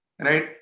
right